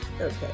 Okay